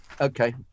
Okay